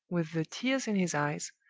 with the tears in his eyes,